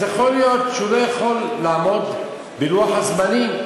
אז יכול להיות שהוא לא יוכל לעמוד בלוח הזמנים,